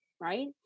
right